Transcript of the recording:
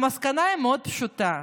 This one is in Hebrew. המסקנה היא מאוד פשוטה: